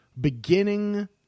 Beginning